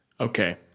Okay